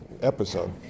episode